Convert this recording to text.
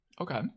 Okay